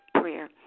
prayer